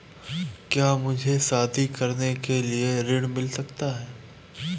क्या मुझे शादी करने के लिए ऋण मिल सकता है?